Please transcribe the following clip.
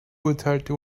urteilte